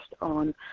on